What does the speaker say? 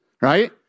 right